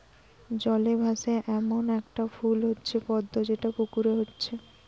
জলে ভাসে এ্যামন একটা ফুল হচ্ছে পদ্ম যেটা পুকুরে হচ্ছে